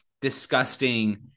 disgusting